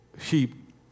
sheep